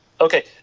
Okay